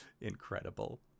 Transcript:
incredible